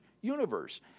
universe